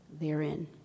therein